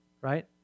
right